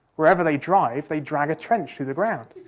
wherever they drive, they drag a trench through the ground.